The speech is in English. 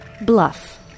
Bluff